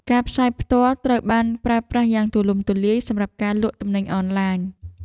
ការផ្សាយផ្ទាល់ ត្រូវបានប្រើប្រាស់យ៉ាងទូលំទូលាយសម្រាប់ការលក់ទំនិញអនឡាញ។